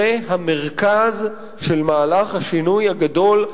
זה המרכז של מהלך השינוי הגדול,